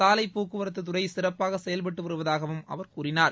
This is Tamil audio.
சாலை போக்குவரத்துத்துறை சிறப்பாக செயல்பட்டு வருவதாகவும் அவர் தெரிவித்தார்